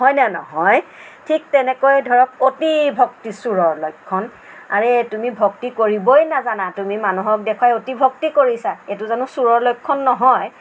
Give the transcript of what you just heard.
হয়নে নহয় ঠিক তেনেকৈ ধৰক অতি ভক্তি চুৰৰ লক্ষণ আৰে তুমি ভক্তি কৰিবই নাজানা তুমি মানুহক দেখুৱাই তুমি অতি ভক্তি কৰিছা এইটো জানো চুৰৰ লক্ষণ নহয়